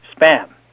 spam